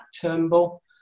Turnbull